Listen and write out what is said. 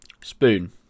Spoon